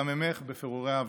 לחממך בפירורי אהבתם".